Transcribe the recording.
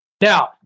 now